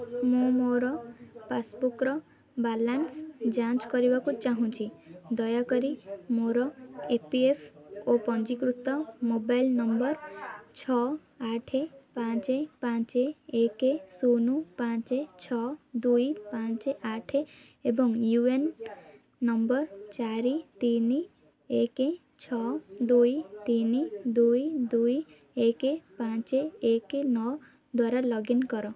ମୁଁ ମୋର ପାସ୍ବୁକ୍ର ବାଲାନ୍ସ ଯାଞ୍ଚ କରିବାକୁ ଚାହୁଁଛି ଦୟାକରି ମୋର ଇ ପି ଏଫ୍ ଓ ପଞ୍ଜୀକୃତ ମୋବାଇଲ୍ ନମ୍ବର ଛଅ ଆଠ ପାଞ୍ଚ ପାଞ୍ଚ ଏକ ଶୂନ ପାଞ୍ଚ ଛଅ ଦୁଇ ପାଞ୍ଚ ଆଠ ଏବଂ ୟୁ ଏ ଏନ୍ ନମ୍ବର ଚାରି ତିନି ଏକ ଛଅ ଦୁଇ ତିନି ଦୁଇ ଦୁଇ ଏକ ପାଞ୍ଚ ଏକ ନଅ ଦ୍ଵାରା ଲଗ୍ଇନ୍ କର